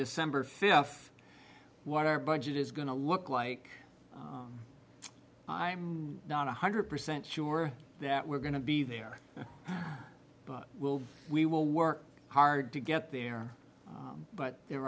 december fifth what our budget is going to look like i'm not one hundred percent sure that we're going to be there but we'll we will work hard to get there but there